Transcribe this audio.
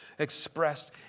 expressed